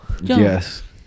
Yes